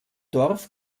dorf